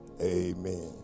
Amen